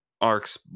arcs